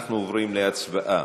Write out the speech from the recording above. אנחנו עוברים להצבעה